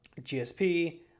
GSP